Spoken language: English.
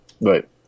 Right